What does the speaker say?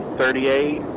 thirty-eight